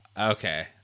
Okay